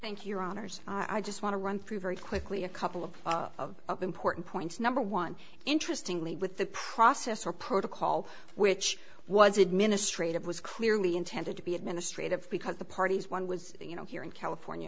thank your honour's i just want to run through very quickly a couple of important points number one interestingly with the process or protocol which was administrative was clearly intended to be administrative because the parties one was you know here in california